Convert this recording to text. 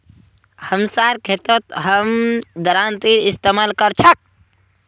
हमसार खेतत हम दरांतीर इस्तेमाल कर छेक